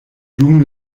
dum